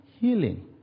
healing